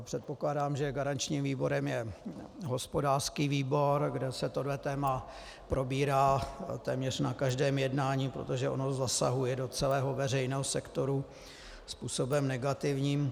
Předpokládám, že garančním výborem je hospodářský výbor, kde se tohle téma probírá téměř na každém jednání, protože ono zasahuje do celého veřejného sektoru způsobem negativním.